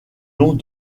long